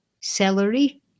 celery